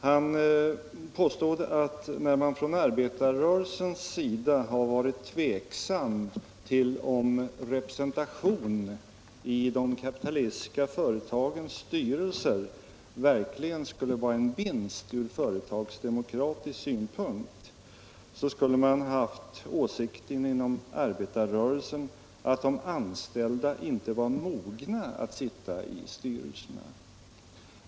Herr Gustafson påstod att när man från arbetarrörelsens sida var tveksam om huruvida en representation i de kapitalistiska företagens styrelser verkligen skulle vara en vinst från företagsdemokratisk synpunkt, så var det därför att man hade den åsikten inom arbetarrörelsen att de anställda inte var mogna att sitta med i styrelserna.